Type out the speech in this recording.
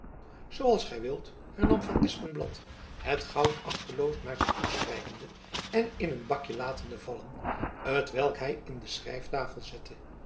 als gy wilt hernam van espenblad het goud achteloos naar zich toe strijkende en in een bakjen latende vallen t welk hy in de schrijftafel zette